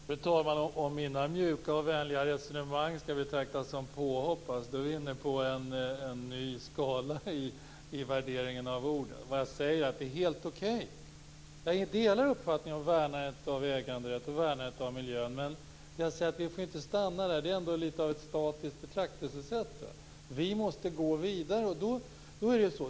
Fru talman! Om mina mjuka och vänliga resonemang skall betraktas som påhopp är vi inne på en ny skala i värderingen av ord. Jag säger att det är helt okej. Jag delar uppfattningen att vi skall värna äganderätten och miljön. Men jag säger att vi inte får stanna där. Detta är ändå litet av ett statiskt betraktelsesätt. Vi måste gå vidare.